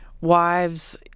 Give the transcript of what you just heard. wives